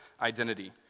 identity